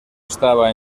estaba